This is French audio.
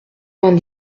vingt